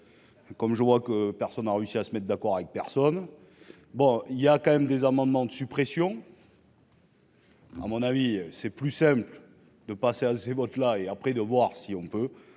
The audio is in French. comme je vois que personne n'a réussi à se mettre d'accord avec personne, bon il y a quand même des amendements de suppression. à mon avis, c'est plus simple de passer à ces votes là et après, de voir si on peut,